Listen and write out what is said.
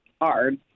hard